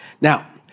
Now